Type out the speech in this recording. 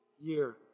year